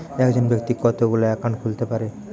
একজন ব্যাক্তি কতগুলো অ্যাকাউন্ট খুলতে পারে?